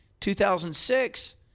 2006